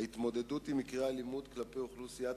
ההתמודדות עם מקרי האלימות כלפי אוכלוסיית